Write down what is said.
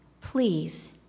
Please